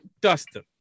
Dustin